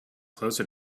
closer